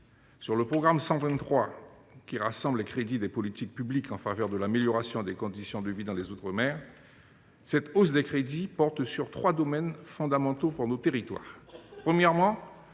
est du programme 123, qui recense les crédits des politiques publiques en faveur de l’amélioration des conditions de vie dans les outre mer, cette hausse porte sur trois domaines fondamentaux pour nos territoires. Tout